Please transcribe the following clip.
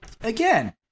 again